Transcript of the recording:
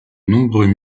nombreux